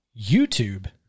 YouTube